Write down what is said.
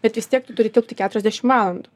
bet vis tiek tu turi tilpt į keturiasdešim valandų